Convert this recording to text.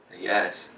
Yes